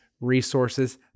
resources